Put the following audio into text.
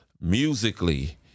musically